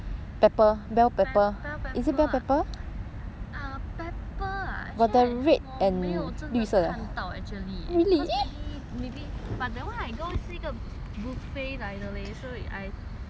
ah pepper ah actually I 我没有真的看到 actually cause maybe maybe but the one I go 是一个 buffet 来的 leh 所以 I just order only cause I also don't